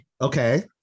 Okay